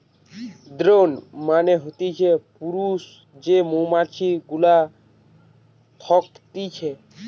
drone মানে হতিছে পুরুষ যে মৌমাছি গুলা থকতিছে